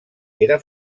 era